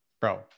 Bro